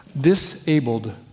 disabled